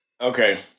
Okay